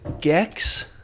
Gex